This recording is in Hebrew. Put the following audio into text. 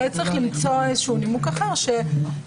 אולי צריך למצוא איזשהו נימוק אחר שייתן